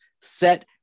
set